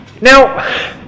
Now